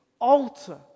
alter